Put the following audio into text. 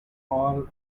all